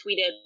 tweeted